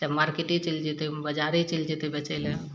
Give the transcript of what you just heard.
तब मार्केटे चलि जेतय बजारे चलि जेतय बेचय लए